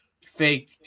fake